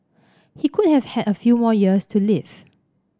he could have had a few more years to live